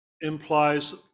implies